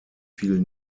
viel